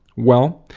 well,